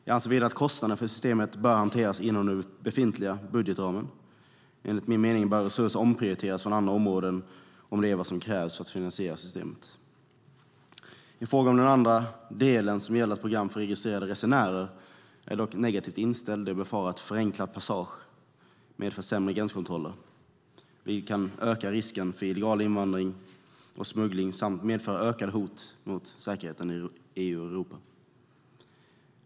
Jag anser också att kostnaden för systemet bör hanteras inom den befintliga budgetramen. Enligt min mening bör resurser omprioriteras från andra områden om det är vad som krävs för att finansiera systemet. I fråga om den andra delen, som gäller ett program för registrerade resenärer, är jag dock negativt inställd. Jag befarar att förenklad passage medför sämre gränskontroller. Det kan öka risken för illegal invandring och smuggling samt medföra ett ökat hot mot säkerheten i EU och Europa.